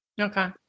Okay